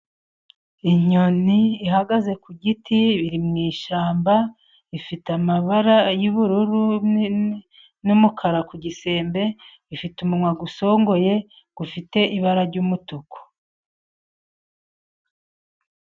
Inyoni ihagaze ku giti iri mu ishyamba ,ifite amabara y'ubururu n'umukara ku gisembe ifite umunwa usongoye ufite ibara ry'umutuku.